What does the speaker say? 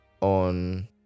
on